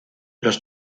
los